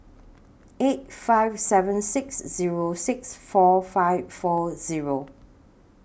eight five seven six Zero six four five four Zero